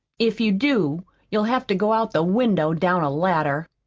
if you do you'll have to go out the window down a ladder.